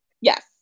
Yes